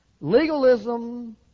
Legalism